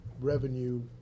revenue